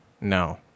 no